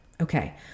Okay